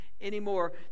anymore